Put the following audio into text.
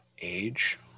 age